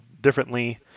differently